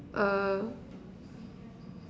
uh